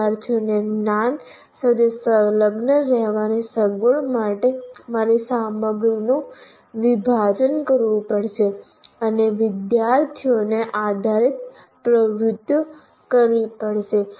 વિદ્યાર્થીઓને જ્ઞાન સાથે સંલગ્ન રહેવાની સગવડ માટે મારે સામગ્રીનું વિભાજન કરવું પડશે અને વિદ્યાર્થીઓને આધારિત પ્રવૃત્તિઓ કરવી પડશે